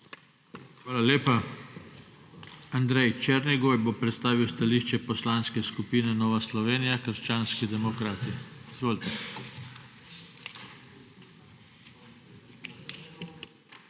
Hvala lepa. Andrej Černigoj bo predstavil stališče Poslanske skupine Nova Slovenija – krščanski demokrati. Izvolite. ANDREJ